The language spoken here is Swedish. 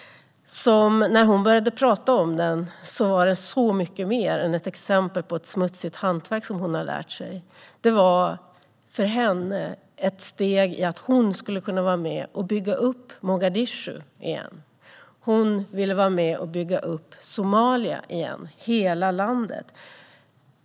När hon började tala om den var det mycket mer än bara ett exempel på ett smutsigt hantverk som hon hade lärt sig. För henne var det ett steg mot att få vara med och bygga upp Mogadishu igen. Hon ville vara med och bygga upp hela landet Somalia igen.